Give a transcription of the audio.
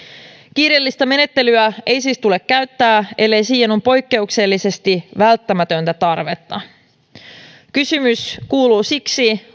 kiireellistä menettelyä ei siis tule käyttää ellei siihen ole poikkeuksellisesti välttämätöntä tarvetta kysymys kuuluu siksi